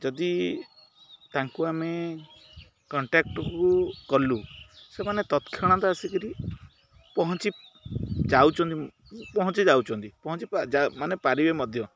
ଯଦି ତାଙ୍କୁ ଆମେ କଣ୍ଟାକ୍ଟକୁ କଲୁ ସେମାନେ ତତ୍କ୍ଷଣାତ୍ ଆସିକିରି ପହଞ୍ଚି ଯାଉଛନ୍ତି ପହଞ୍ଚି ଯାଉଛନ୍ତି ପହଞ୍ଚି ମାନେ ପାରିବେ ମଧ୍ୟ